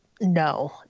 no